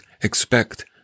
expect